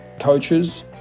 coaches